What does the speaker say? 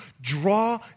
Draw